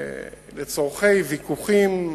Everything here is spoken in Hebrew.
לצורכי ויכוחים,